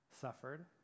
suffered